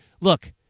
Look